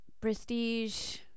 Prestige